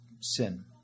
sin